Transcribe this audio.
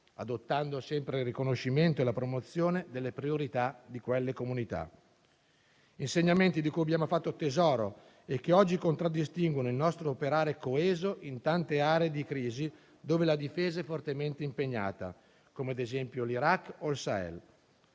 adottando sempre il riconoscimento e la promozione delle priorità di quelle comunità. Sono insegnamenti di cui abbiamo fatto tesoro e che oggi contraddistinguono il nostro operare coeso in tante aree di crisi, dove la Difesa è fortemente impegnata, come ad esempio l'Iraq o il Sahel.